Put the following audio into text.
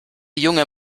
junge